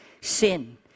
sin